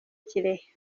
kirehe